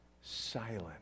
silent